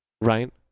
right